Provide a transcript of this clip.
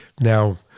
now